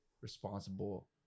responsible